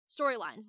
storylines